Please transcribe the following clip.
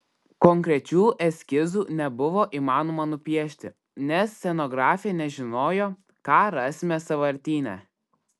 konkrečių eskizų nebuvo įmanoma nupiešti nes scenografė nežinojo ką rasime sąvartyne